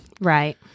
right